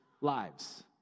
lives